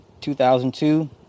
2002